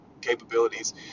capabilities